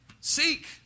Seek